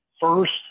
first